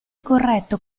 corretto